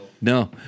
no